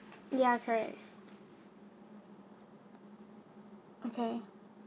ya correct okay